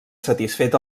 satisfet